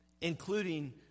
including